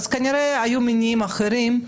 אז כנראה היו מניעים אחרים.